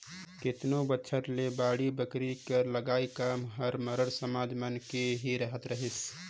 केतनो बछर ले बाड़ी बखरी कर लगई काम हर मरार समाज मन के ही रहत रहिस